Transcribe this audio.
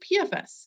PFS